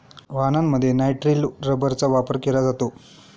वाहनांमध्ये नायट्रिल रबरचा वापर केला जातो